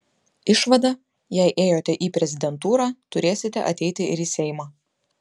išvada jei ėjote į prezidentūrą turėsite ateiti ir į seimą